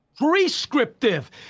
prescriptive